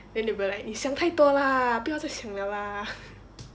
then they'll be like 你想太多 lah 不要再想了 bu yao zai xiang liao lah